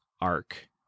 arc